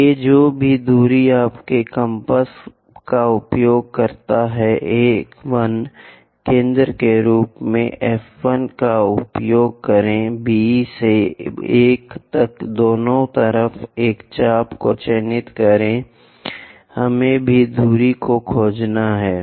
A जो भी दूरी आपके कंपास का उपयोग करता है A 1 केंद्र के रूप में F 1 का उपयोग करें B से 1 तक दोनों तरफ एक चाप को चिह्नित करें हमें भी दूरी को खोजना होगा